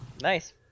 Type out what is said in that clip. Nice